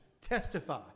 testify